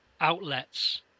outlets